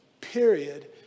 period